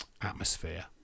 atmosphere